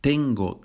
Tengo